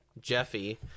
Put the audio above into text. Jeffy